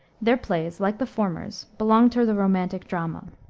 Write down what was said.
their plays, like the former's, belong to the romantic drama.